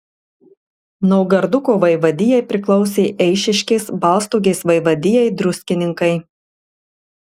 naugarduko vaivadijai priklausė eišiškės balstogės vaivadijai druskininkai